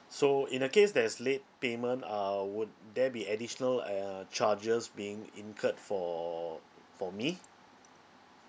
so in the case there's late payment uh would there be additional uh charges being incurred for for me